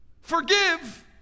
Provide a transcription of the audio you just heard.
Forgive